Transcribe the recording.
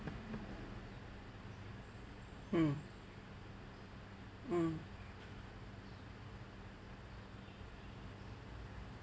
mm mm